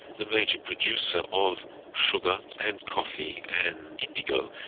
the major producer of sugar and coffee and indigo,